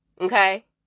okay